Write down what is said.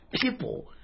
People